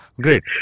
Great